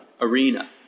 arena